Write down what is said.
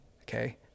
Okay